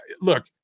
Look